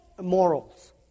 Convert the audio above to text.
morals